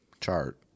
chart